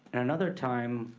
and another time,